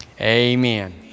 amen